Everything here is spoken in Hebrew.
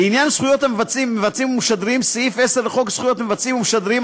לעניין זכויות מבצעים ומשדרים: סעיף 10 לחוק זכויות מבצעים ומשדרים,